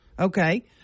Okay